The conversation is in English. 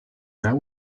that